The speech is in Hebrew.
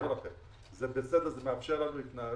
זה מאפשר לנו התנהלות.